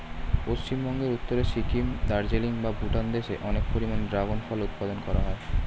পশ্চিমবঙ্গের উত্তরে সিকিম, দার্জিলিং বা ভুটান দেশে অনেক পরিমাণে ড্রাগন ফল উৎপাদন করা হয়